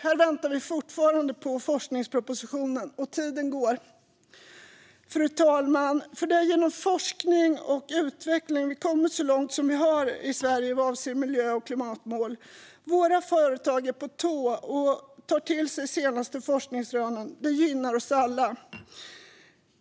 Här väntar vi fortfarande på forskningspropositionen, och tiden går. Fru talman! Det är genom forskning och utveckling vi kommit så långt som vi har i Sverige vad avser miljö och klimatmålen. Våra företag är på tå och tar till sig de senaste forskningsrönen; det gynnar oss alla.